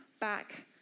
back